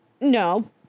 no